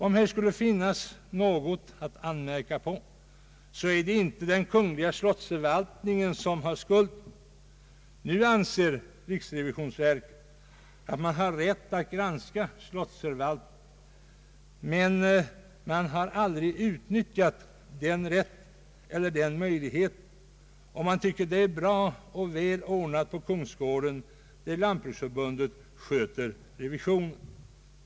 Om här skulle finnas något att anmärka på, är det inte den kungliga slottsförvaltningen som har skulden. Nu anser riksrevisionsverket att man har rätt att granska sloitsförvaltningen, men man har aldrig utnyttjat den rätten eller möjligheten, och man tycker det är bra och väl ordnat på kungsgården, där Lantbruksförbundet sköter revisionen.